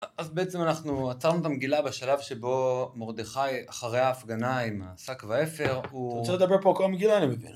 אז בעצם אנחנו עצרנו את המגילה בשלב שבו מורדכי אחרי ההפגנה עם השק והעפר הוא, אתה רוצה לדבר פה על כל המגילה אני מבין